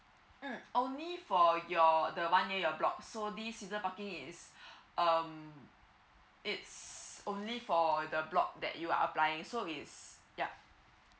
mm only for your the one near your block so this season parking is um it's only for the block that you are applying so it's yup